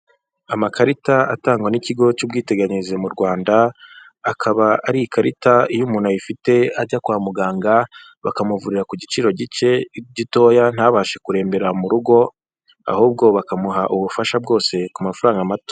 Amakarita atangwa n'ikigo cy'ubwiteganyirize mu Rwanda, akaba ari ikarita iyo umuntu ayifite ajya kwa muganga, bakamuvurira ku giciro gike gitoya ntabashe kurembera mu rugo, ahubwo bakamuha ubufasha bwose ku mafaranga mato.